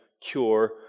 cure